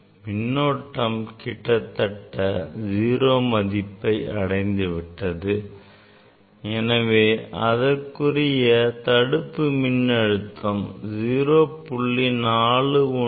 மின்னோட்டம் கிட்டத்தட்ட 0 மதிப்பை அடைந்துவிட்டது எனவே அதற்குரிய தடுப்பு மின்னழுத்தம் 0